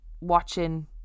watching